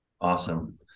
Awesome